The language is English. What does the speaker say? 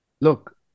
Look